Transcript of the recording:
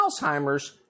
Alzheimer's